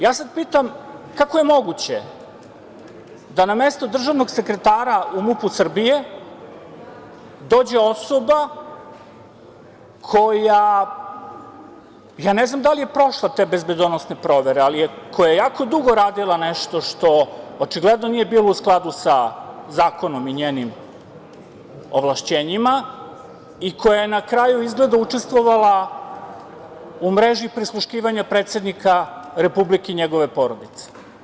Ja sad pitam – kako je moguće da na mesto državnog sekretara u MUP-u Srbije dođe osoba koja, ja ne znam da li je prošla te bezbedonosne provere, ali koja je jako dugo radila nešto što očigledno nije bilo u skladu sa zakonom i njenim ovlašćenjima i koja je na kraju, izgleda, učestvovala u mreži prisluškivanja predsednika Republike i njegove porodice?